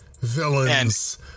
villains